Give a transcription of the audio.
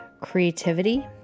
creativity